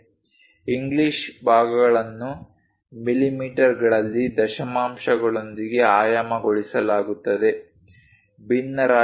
English ಭಾಗಗಳನ್ನು ಮಿಮೀಗಳಲ್ಲಿ ದಶಮಾಂಶಗಳೊಂದಿಗೆ ಆಯಾಮಗೊಳಿಸಲಾಗುತ್ತದೆ ಭಿನ್ನರಾಶಿಗಳಲ್ಲ